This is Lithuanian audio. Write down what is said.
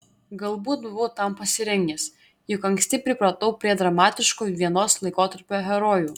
galbūt buvau tam pasirengęs juk anksti pripratau prie dramatiškų vienos laikotarpio herojų